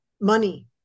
money